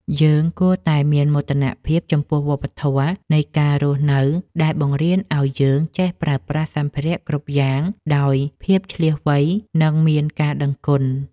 យើងគួរតែមានមោទនភាពចំពោះវប្បធម៌នៃការរស់នៅដែលបង្រៀនឱ្យយើងចេះប្រើប្រាស់សម្ភារៈគ្រប់យ៉ាងដោយភាពឈ្លាសវៃនិងមានការដឹងគុណ។